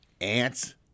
ants